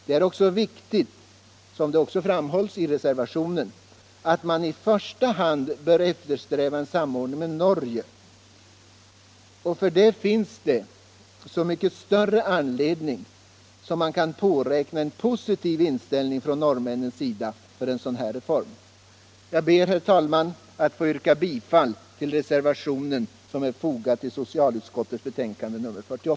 Det är också viktigt, som det framhålls i reservationen, att man i första hand bör eftersträva en samordning med Norge. Och för det finns det så mycket större anledning som man kan påräkna en positiv inställning från norrmännens sida till en sådan reform.